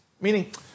Meaning